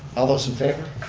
all those in favor?